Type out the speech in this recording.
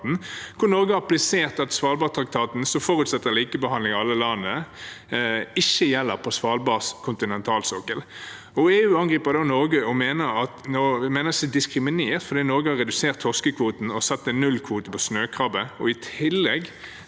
Norge har presisert at Svalbardtraktaten, som forutsetter likebehandling av alle land, ikke gjelder på Svalbards kontinentalsokkel. EU angriper da Norge og mener seg diskriminert fordi Norge har redusert torskekvoten og satt en nullkvote på snøkrabbe. I tillegg